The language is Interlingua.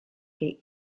que